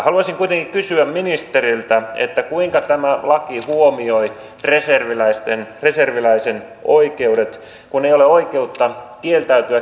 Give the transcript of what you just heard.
haluaisin kuitenkin kysyä ministeriltä kuinka tämä laki huomioi reserviläisen oikeudet kun ei ole oikeutta kieltäytyä kertausharjoituksista